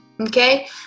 okay